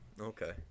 okay